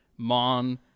Mon